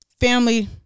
family